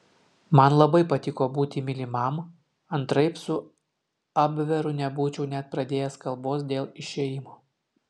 man labai patiko būti mylimam antraip su abveru nebūčiau net pradėjęs kalbos dėl išėjimo